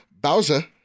Bowser